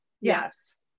Yes